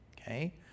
Okay